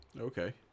Okay